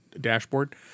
dashboard